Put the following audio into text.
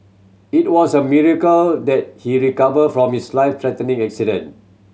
it was a miracle that he recover from his life threatening accident